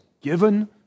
given